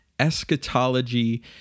Eschatology